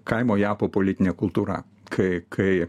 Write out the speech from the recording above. kaimo japo politinė kultūra kai kai